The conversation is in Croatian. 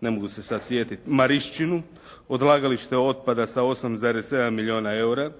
ne mogu se sad sjetiti, Marišćinu, odlagalište otpada sa 8,7 milijuna EUR-a,